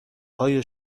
های